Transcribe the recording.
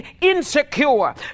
insecure